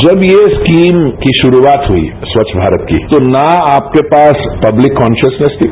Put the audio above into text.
जब ये स्कीम की शुरूआत हई स्वच्छ भारत की तो ना आपके पास पब्लिक कॉन्सिनियस थी